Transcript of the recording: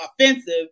offensive